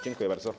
Dziękuję bardzo.